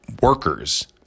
workers